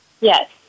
Yes